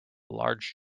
large